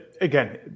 again